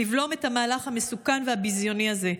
לבלום את המהלך המסוכן והביזיוני הזה.